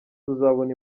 tuzabona